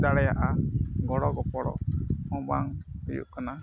ᱦᱩᱭ ᱫᱟᱲᱮᱭᱟᱜᱼᱟ ᱜᱚᱲᱚᱼᱜᱚᱯᱚᱲᱚ ᱦᱚᱸ ᱵᱟᱝ ᱦᱩᱭᱩᱜ ᱠᱟᱱᱟ